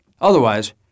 Otherwise